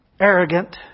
arrogant